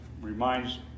reminds